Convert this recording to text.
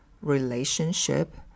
relationship